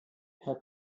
herr